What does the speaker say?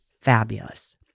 fabulous